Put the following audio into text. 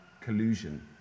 collusion